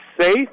safe